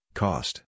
cost